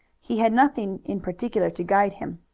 he had nothing in particular to guide him.